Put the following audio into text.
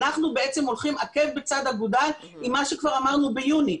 אנחנו הולכים עקב בצד אגודל עם מה שכבר אמרנו ביוני,